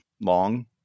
long